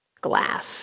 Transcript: Glass